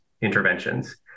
interventions